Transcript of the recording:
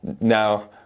Now